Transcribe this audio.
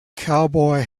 cowboy